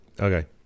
Okay